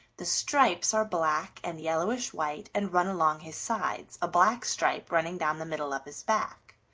the stripes are black and yellowish-white and run along his sides, a black stripe running down the middle of his back.